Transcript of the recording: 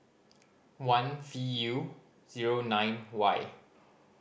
one V U zero nine Y